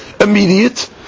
immediate